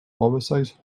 oversize